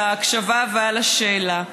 על ההקשבה ועל השאלה.